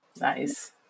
Nice